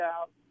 out